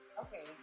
Okay